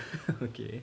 okay